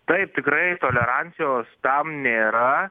taip tikrai tolerancijos tam nėra